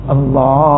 Allah